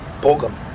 program